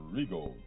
Regal